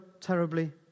terribly